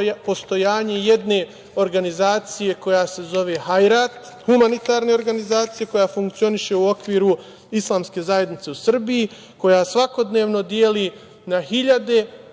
je postojanje jedne organizacija koja se zove „Hajrat“, humanitarne organizacije koja funkcioniše u okviru islamske zajednice u Srbiji, koja svakodnevno deli na hiljade